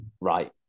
right